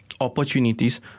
opportunities